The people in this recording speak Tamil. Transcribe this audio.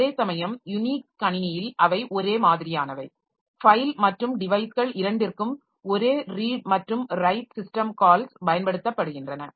அதேசமயம் யூனிக்ஸ் கணினியில் அவை ஒரே மாதிரியானவை ஃபைல் மற்றும் டிவைஸ்கள் இரண்டிற்கும் ஒரே ரீட் மற்றும் ரைட் சிஸ்டம் கால்ஸ் பயன்படுத்தப்படுகின்றன